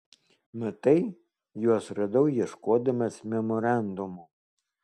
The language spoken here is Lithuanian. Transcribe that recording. matai juos radau ieškodamas memorandumo